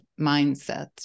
mindset